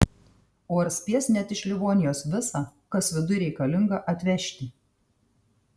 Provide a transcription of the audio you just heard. o ar spės net iš livonijos visa kas viduj reikalinga atvežti